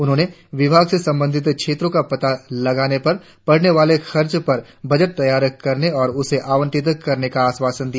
उन्होंने विभाग से संभावित क्षेत्रों का पता लगाने पर पड़ने वाले खर्च पर बजट तैयार करने और उसे आवंटित करने का आश्वासन दिया